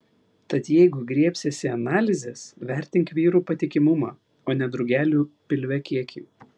tad jeigu griebsiesi analizės vertink vyrų patikimumą o ne drugelių pilve kiekį